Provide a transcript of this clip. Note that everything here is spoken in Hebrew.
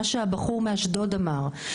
מה שהבחור מאשדוד אמר.